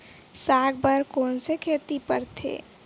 साग बर कोन से खेती परथे?